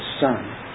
Son